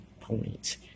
points